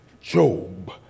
Job